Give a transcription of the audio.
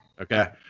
Okay